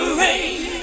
rain